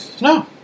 no